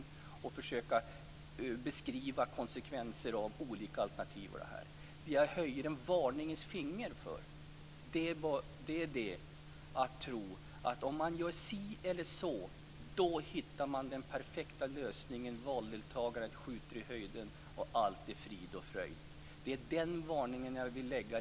Man bör också försöka beskriva konsekvenserna av olika alternativ. Det jag höjer ett varningens finger för är tron på att om man gör si eller så, då hittar man den perfekta lösningen, valdeltagandet skjuter i höjden och allt är frid och fröjd. Det är den varningen som jag vill framföra.